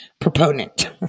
proponent